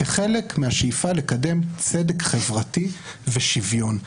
כחלק מהשאיפה לקדם צדק חברתי ושוויון.